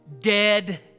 dead